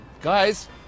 guys